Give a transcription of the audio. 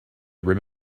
rim